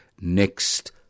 next